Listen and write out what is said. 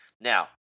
Now